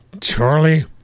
Charlie